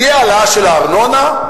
תהיה העלאה של הארנונה,